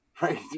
right